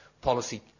policy